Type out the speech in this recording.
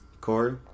Corey